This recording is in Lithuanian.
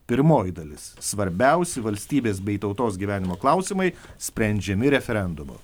pirmoji dalis svarbiausi valstybės bei tautos gyvenimo klausimai sprendžiami referendumu